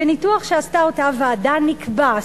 בניתוח שעשתה אותה ועדה נקבע,